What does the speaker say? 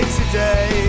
today